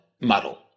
model